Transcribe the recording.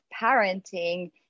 parenting